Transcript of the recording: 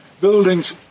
Buildings